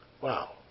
Wow